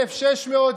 1,600,